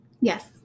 Yes